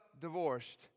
divorced